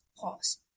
pause